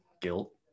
guilt